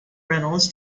rentals